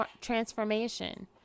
transformation